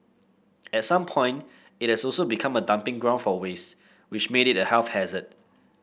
at some point it also so became a dumping ground for waste which made it a health hazard